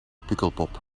pukkelpop